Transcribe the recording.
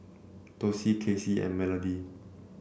Dossie Kasey and Melodee